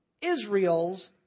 Israel's